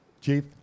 Chief